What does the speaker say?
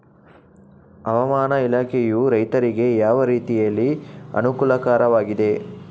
ಹವಾಮಾನ ಇಲಾಖೆಯು ರೈತರಿಗೆ ಯಾವ ರೀತಿಯಲ್ಲಿ ಅನುಕೂಲಕರವಾಗಿದೆ?